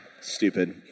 Stupid